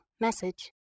message